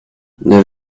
neuf